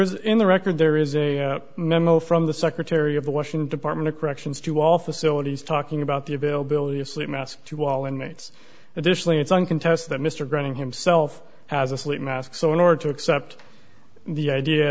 is in the record there is a memo from the secretary of the washington department of corrections to all facilities talking about the availability of sleep mask to all inmates additionally it's one contest that mr granting himself has a sleep mask so in order to accept the idea